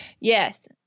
Yes